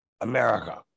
America